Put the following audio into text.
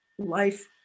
life